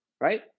right